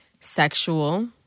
Sexual